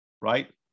right